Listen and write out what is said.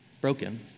broken